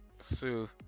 Sue